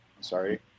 sorry